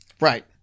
Right